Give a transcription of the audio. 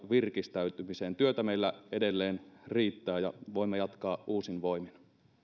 virkistäytymiseen koska työtä meillä edelleen riittää voimme jatkaa uusin voimin